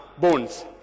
bones